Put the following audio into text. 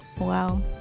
Wow